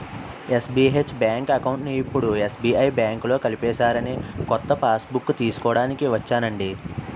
SBH bank అకౌంట్ని ఇప్పుడు SBI బాంకులో కలిపేసారని కొత్త పాస్బుక్కు తీస్కోడానికి ఒచ్చానండి